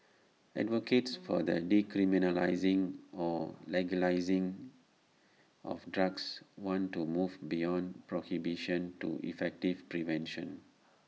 advocates for the decriminalising or legalising of drugs want to move beyond prohibition to effective prevention